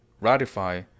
ratify